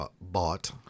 bought